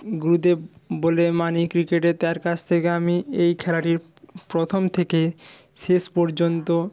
গুরুদেব বলে মানি ক্রিকেটের তার কাছ থেকে আমি এই খেলাটির প্রথম থেকে শেষ পর্যন্ত